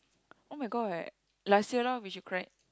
oh-my-god last year lor which you cried